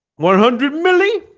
one hundred mille